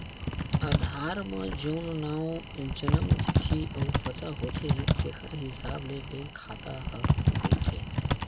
आधार म जउन नांव, जनम तिथि अउ पता होथे तेखर हिसाब ले बेंक खाता ह खुलथे